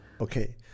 Okay